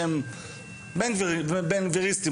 שהם "בן-גביריסטים",